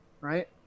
right